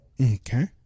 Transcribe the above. Okay